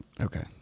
Okay